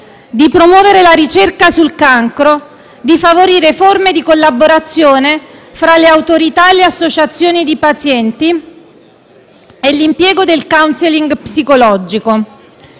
di promuovere la ricerca sul cancro; di favorire forme di collaborazione fra le autorità e le associazioni di pazienti e l'impiego del *counseling* psicologico.